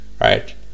right